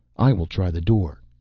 i will try the door.